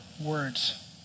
words